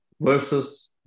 versus